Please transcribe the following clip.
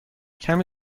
کمی